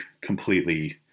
completely